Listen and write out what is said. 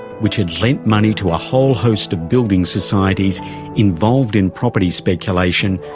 which had lent money to a whole host of building societies involved in property speculation,